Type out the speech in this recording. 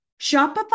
Shopify